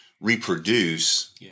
reproduce